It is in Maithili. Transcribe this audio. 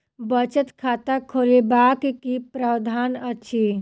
बचत खाता खोलेबाक की प्रावधान अछि?